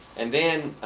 and then